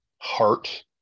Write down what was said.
heart